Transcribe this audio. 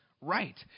right